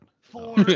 Four